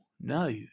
No